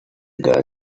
girl